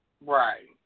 Right